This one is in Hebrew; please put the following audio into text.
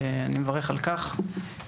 ואני מברך על כך.